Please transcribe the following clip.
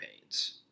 pains